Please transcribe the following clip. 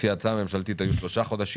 לפי ההצעה הממשלתית היו 3 חודשים.